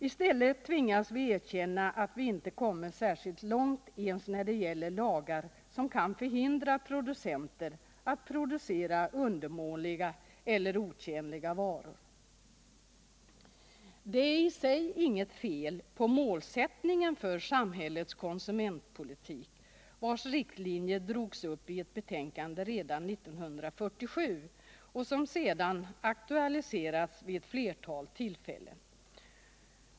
I stället tvingas vi erkänna att vi inte kommit särskilt långt ens när det gäller lagar som kan förhindra producenter att producera undermåliga eller otjänliga varor. Det är i och för sig inget fel på målsättningen för samhällets konsumentpolitik, vars riktlinjer drogs upp i ett betänkande redan 1947 och som sedan aktualiserats vid ett flertal tillfällen.